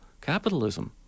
capitalism